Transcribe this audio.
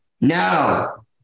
No